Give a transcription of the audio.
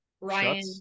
Ryan